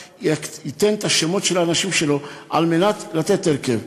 ייתן את השמות של האנשים שלו על מנת לתת הרכב.